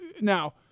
Now